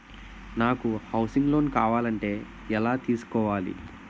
నాకు housing loan కావాలంటే ఎలా తీసుకోవాలి?